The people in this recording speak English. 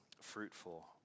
fruitful